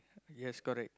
yes correct